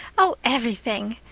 oh, everything!